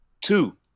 Two